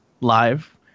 live